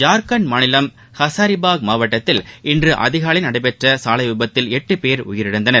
ஜார்க்கண்ட் மாநிலம் ஹசாரிபாக் மாவட்டத்தில் இன்றுஅதிகாலைநடந்தசாலைவிபத்தில் எட்டுபேர் உயிரிழந்தார்கள்